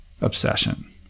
obsession